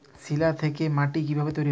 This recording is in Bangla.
শিলা থেকে মাটি কিভাবে তৈরী হয়?